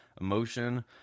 emotion